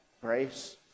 grace